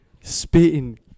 spitting